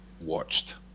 watched